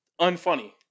unfunny